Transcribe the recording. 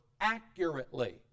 accurately